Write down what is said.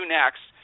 next